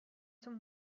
some